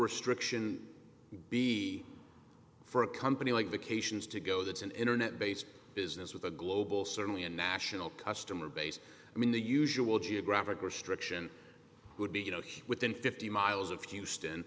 restriction be for a company like the cations to go that's an internet based business with a global certainly a national customer base i mean the usual geographic restriction would be you know within fifty miles of houston